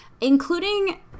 including